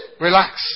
Relax